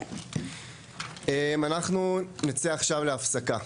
אנחנו נצא עכשיו להפסקה.